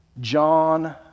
John